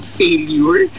failure